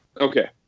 Okay